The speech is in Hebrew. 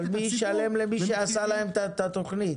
אבל מי ישלם למי שעשה להם את התוכנית?